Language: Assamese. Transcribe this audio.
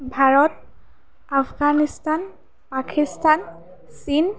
ভাৰত আফগানিস্তান পাকিস্তান চীন